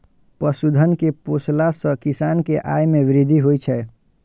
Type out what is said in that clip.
पशुधन कें पोसला सं किसान के आय मे वृद्धि होइ छै